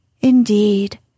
Indeed